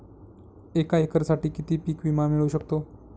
एका एकरसाठी किती पीक विमा मिळू शकतो?